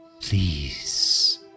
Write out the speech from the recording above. Please